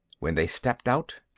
when they stepped out,